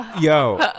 Yo